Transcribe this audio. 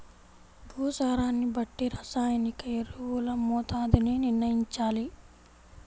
భూసారాన్ని బట్టి రసాయనిక ఎరువుల మోతాదుని నిర్ణయంచాలి